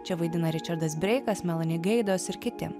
čia vaidina ričardas breikas meloni geidos ir kiti